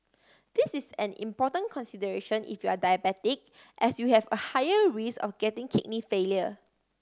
this is an important consideration if you are diabetic as you have a higher risk of getting kidney failure